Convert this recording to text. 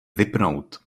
vypnout